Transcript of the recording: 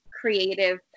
creative